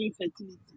infertility